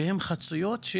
שהן חצויות,